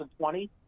2020